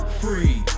free